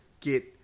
get